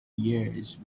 years